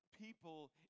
people